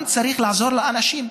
גם צריך לעזור לאנשים.